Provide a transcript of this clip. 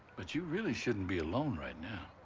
but you really shouldn't be alone right now.